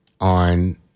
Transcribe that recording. on